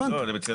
הבנתי.